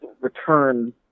return